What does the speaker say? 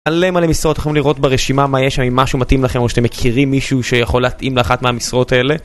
מלא מלא משרות, תוכלו לראות ברשימה מה יש שם, אם משהו מתאים לכם או שאתם מכירים מישהו שיכול להתאים לאחת מהמשרות האלה